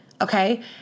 Okay